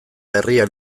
herria